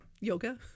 Yoga